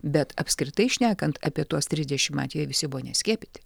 bet apskritai šnekant apie tuos trisdešim atvejų jie visi buvo neskiepyti